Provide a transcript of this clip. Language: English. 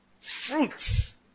Fruits